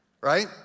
right